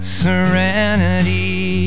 serenity